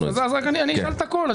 אני אשאל את כל השאלות.